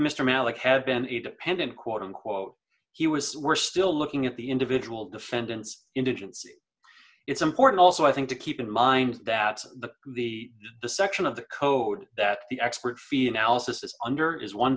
mr mallock had been a dependent quote unquote he was we're still looking at the individual defendants indigents it's important also i think to keep in mind that the the the section of the code that the experts feel analysis under is one